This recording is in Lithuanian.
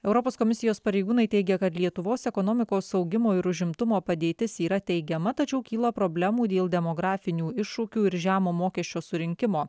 europos komisijos pareigūnai teigia kad lietuvos ekonomikos augimo ir užimtumo padėtis yra teigiama tačiau kyla problemų dėl demografinių iššūkių ir žemo mokesčio surinkimo